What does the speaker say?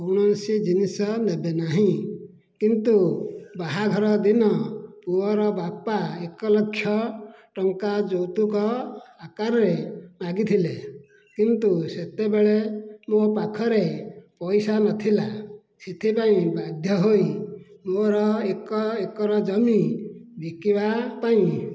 କୌଣସି ଜିନିଷ ନେବେ ନାହିଁ କିନ୍ତୁ ବାହାଘର ଦିନ ପୁଅର ବାପା ଏକ ଲକ୍ଷ ଟଙ୍କା ଯୌତୁକ ଆକାରରେ ମାଗିଥିଲେ କିନ୍ତୁ ସେତେବେଳେ ମୋ ପାଖରେ ପଇସା ନଥିଲା ସେଥିପାଇଁ ବାଧ୍ୟ ହୋଇ ମୋର ଏକ ଏକର ଜମି ବିକିବା ପାଇଁ